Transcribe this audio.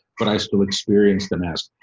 but i still experienced the mass.